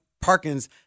Parkins